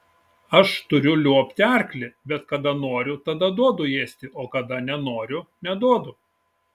aš turiu liuobti arklį bet kada noriu tada duodu ėsti o kada nenoriu neduodu